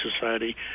Society